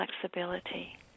flexibility